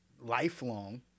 lifelong